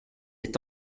est